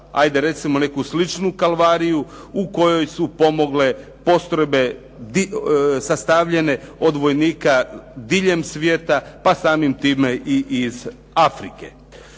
prošla neku sličnu kalvariju u kojoj su pomogle postrojbe sastavljene od vojnika diljem svijeta pa samim time i iz Afrike.